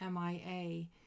MIA